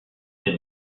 ses